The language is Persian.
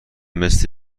مثل